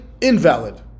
invalid